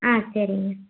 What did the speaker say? ஆ சரிங்க